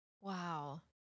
Wow